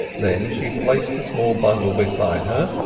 then she placed the small bundle beside her,